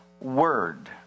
word